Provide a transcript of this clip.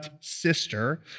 sister